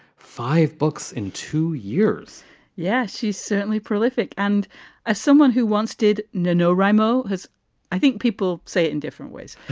five books in two years yes, she's certainly prolific. and as someone who once did know, raimo has i think people say it in different ways.